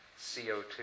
CO2